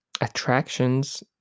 attractions